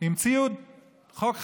המציאו חוק חדש: